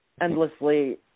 endlessly